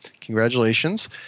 congratulations